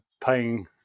paying